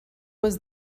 was